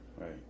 right